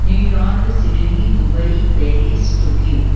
New York Sydney Dubai Paris Tokyo